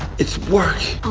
it's worse